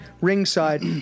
ringside